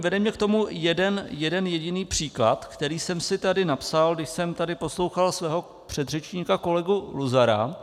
Vede mě k tomu jeden jediný příklad, který jsem si tady napsal, když jsem tady poslouchal svého předřečníka kolegu Luzara.